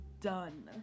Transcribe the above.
done